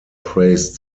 praised